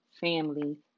Family